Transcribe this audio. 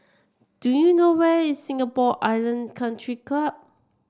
do you know where is Singapore Island Country Club